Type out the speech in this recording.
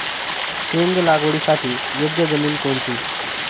शेंग लागवडीसाठी योग्य जमीन कोणती?